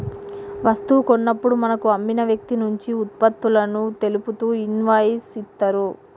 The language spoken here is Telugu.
వస్తువు కొన్నప్పుడు మనకు అమ్మిన వ్యక్తినుంచి వుత్పత్తులను తెలుపుతూ ఇన్వాయిస్ ఇత్తరు